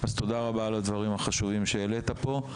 אז תודה רבה על הדברים החשובים שהעלית פה,